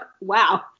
wow